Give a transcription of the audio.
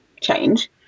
change